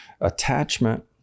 Attachment